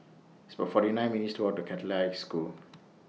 It's about forty nine minutes' to Walk to Catholic High School